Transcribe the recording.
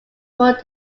poor